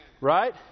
Right